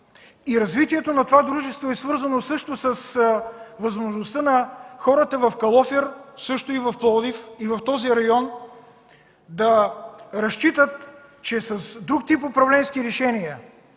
Развитието на това дружество е свързано с възможността на хората в Калофер, също в Пловдив и в този район, да разчитат, че с друг тип управленски решения,